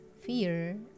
fear